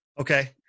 Okay